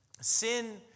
sin